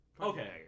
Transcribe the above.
Okay